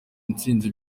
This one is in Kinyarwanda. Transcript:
intsinzi